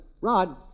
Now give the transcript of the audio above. Rod